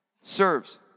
Serves